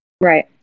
right